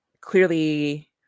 clearly